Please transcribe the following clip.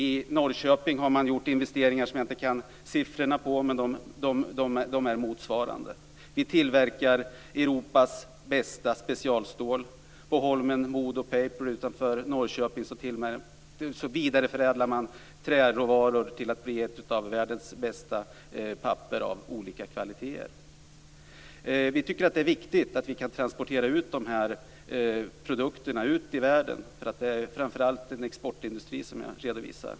I Norrköping har man också gjort investeringar. Jag kan inte siffrorna, men det är motsvarande investeringar. Vi tillverkar Europas bästa specialstål. På Holmen Modo Paper utanför Norrköping vidareförädlar man träråvaror till ett av världens bästa papper av olika kvaliteter. Vi tycker att det är viktigt att vi kan transportera de här produkterna ut i världen. Det är ju framför allt en exportindustri jag redovisar.